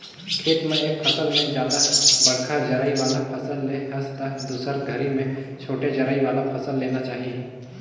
खेत म एक फसल में जादा बड़खा जरई वाला फसल ले हस त दुसर घरी में छोटे जरई वाला फसल लेना चाही